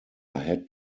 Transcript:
had